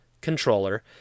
controller